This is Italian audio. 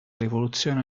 rivoluzione